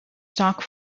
stock